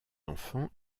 enfants